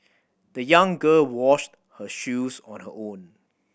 the young girl washed her shoes on her own